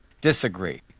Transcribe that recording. disagree